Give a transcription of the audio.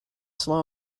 slow